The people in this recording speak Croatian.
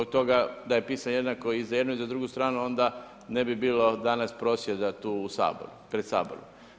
Do toga, da je pisan jednako i za jednu i za drugu stranu, onda ne bi bilo danas prosvjeda tu pred Saborom.